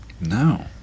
No